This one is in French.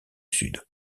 sud